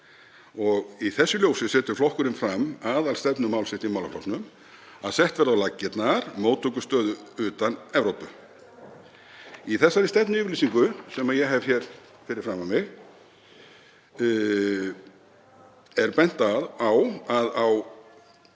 Í þessu ljósi setur flokkurinn fram aðalstefnumál sitt í málaflokknum, að sett verði á laggirnar móttökustöð utan Evrópu. Í þeirri stefnuyfirlýsingu sem ég hef hér fyrir framan mig er bent á að á